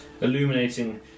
illuminating